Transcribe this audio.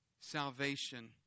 salvation